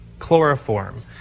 chloroform